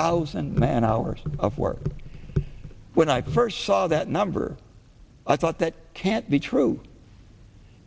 thousand man hours of work but when i first saw that number i thought that can't be true